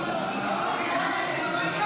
לוועדה שתקבע ועדת הכנסת